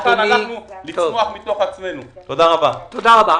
תודה רבה.